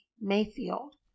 Mayfield